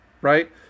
right